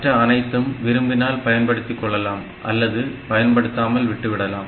மற்ற அனைத்தும் விரும்பினால் பயன்படுத்திக் கொள்ளலாம் அல்லது பயன்படுத்தாமல் விட்டுவிடலாம்